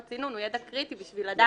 הסינון הוא ידע קריטי בשביל לדעת.